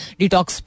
detox